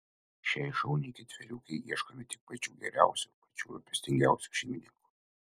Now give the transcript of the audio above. šiai šauniai ketveriukei ieškome tik pačių geriausių pačių rūpestingiausių šeimininkų